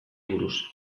buruz